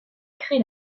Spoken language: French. crée